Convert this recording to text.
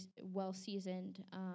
well-seasoned